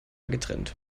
getrennt